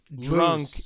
drunk